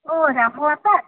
ଓ ରାମ ବାପା